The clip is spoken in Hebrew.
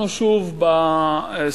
אנחנו שוב בסאגה,